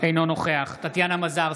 אינו נוכח טטיאנה מזרסקי,